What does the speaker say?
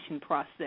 process